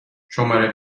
شماره